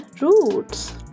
roots